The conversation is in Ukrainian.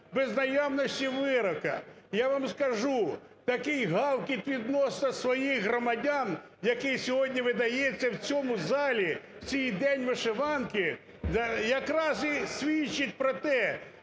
без наявності вироку. Я вам скажу, такий гавкіт відносно своїх громадян, який сьогодні видається в цьому залі, в цей День вишиванки, якраз і свідчить про те,